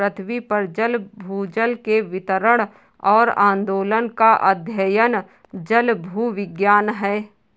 पृथ्वी पर जल भूजल के वितरण और आंदोलन का अध्ययन जलभूविज्ञान है